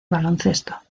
baloncesto